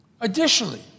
Additionally